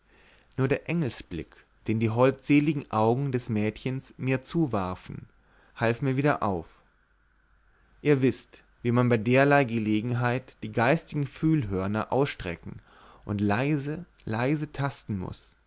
nur der engelsblick den die holdseligen augen des mädchens mir zuwarfen half mir wieder auf ihr wißt wie man bei derlei gelegenheit die geistigen fühlhörner ausstrecken und leise leise tasten muß